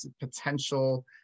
potential